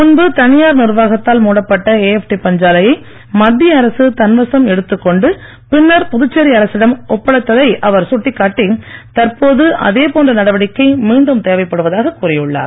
முன்பு தனியார் நிர்வாகத்தால் மூடப்பட்ட ஏஎப்டி பஞ்சாலையை மத்திய அரசு தன்வசம் எடுத்துக் கொண்டு பின்னர் புதுச்சேரி அரசிடம் ஒப்படைத்ததை அவர் சுட்டிக் காட்டி தற்போது அதே போன்ற நடவடிக்கை மீண்டும் தேவைப்படுவதாக கூறியுள்ளார்